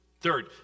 Third